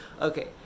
okay